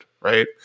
right